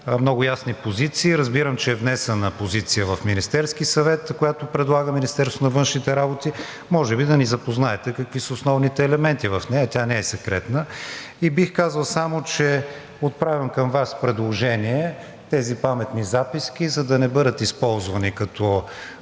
много ясни позиции. Разбирам, че е внесена позиция в Министерския съвет, която предлага Министерството на външните работи. Може ли да ни запознаете какви са основните елементи в нея, тя не е секретна? И бих казал само, че отправям към Вас предложение тези паметни записки, за да не бъдат използвани като